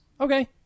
Okay